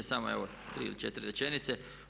Samo evo tri ili četiri rečenice.